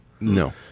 No